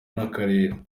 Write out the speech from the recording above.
n’akarere